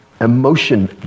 emotion